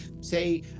say